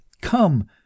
come